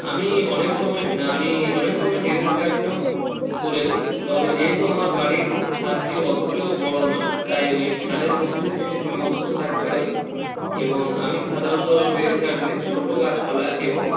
আমি অনেক সময় আমি অনেক সময় টেরেস গার্ডেনও করেছি তবে যেহেতু আমার বাড়ির ছাদটি অতোটিও বড়ো নয় তাই ওই ছাদের মধ্যে সেটি সীমাবদ্ধ থাকতে হয় এবং আমি সাধারণত টেরেস গার্ডেনে ছোটো গাছপালা এবং